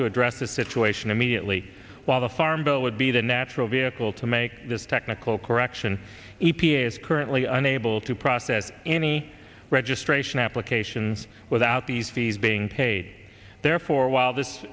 to address this situation immediately while the farm bill would be the natural vehicle to make this technical correction e p a is currently unable to process any registration applications without these fees being paid therefore while this